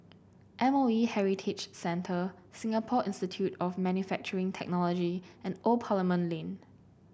M O E Heritage Centre Singapore Institute of Manufacturing Technology and Old Parliament Lane